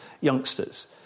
youngsters